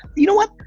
you know what,